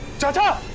shut up!